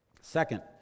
Second